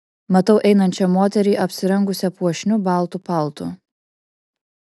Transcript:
matau einančią moterį apsirengusią puošniu baltu paltu